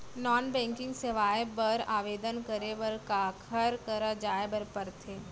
non banking सेवाएं बर आवेदन करे बर काखर करा जाए बर परथे